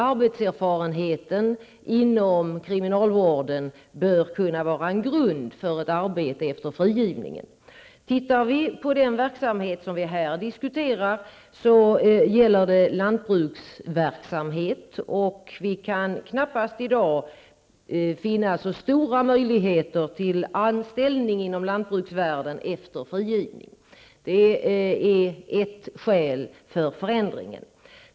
Arbetserfarenheten inom kriminalvården bör kunna utgöra grund för ett arbete efter frigivningen. I det fall som vi nu diskuterar gäller det lantbruksarbete, och det finns i dag knappast så stora möjligheter att få anställning inom lantbruket efter frigivningen. Detta är ett skäl för denna förändring.